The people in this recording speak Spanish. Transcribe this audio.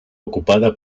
ocupada